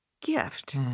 gift